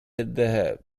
الذهاب